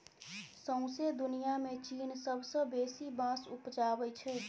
सौंसे दुनियाँ मे चीन सबसँ बेसी बाँस उपजाबै छै